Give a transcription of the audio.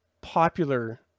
popular